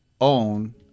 own